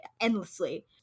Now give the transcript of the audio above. endlessly